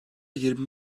yirmi